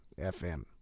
FM